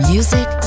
Music